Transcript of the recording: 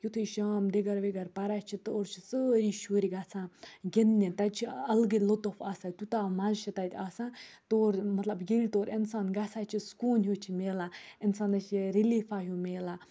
یُتھُے شام دِگَر وِگَر پَران چھِ تور چھِ سٲری شُرۍ گَژھان گِنٛدنہِ تَتہِ چھِ اَلگٕے لُطُف آسان تیوٗتاہ مَزٕ چھُ تَتہِ آسان تور مطلب ییٚلہِ تور اِنسان گژھان چھِ سکوٗن ہیوٗ چھُ مِلان اِنسانَس چھِ رِلیٖفا ہیوٗ مِلان